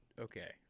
okay